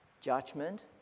Judgment